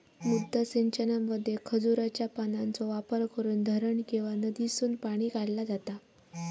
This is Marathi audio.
मुद्दा सिंचनामध्ये खजुराच्या पानांचो वापर करून धरण किंवा नदीसून पाणी काढला जाता